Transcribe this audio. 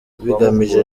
bigamije